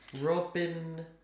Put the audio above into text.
Robin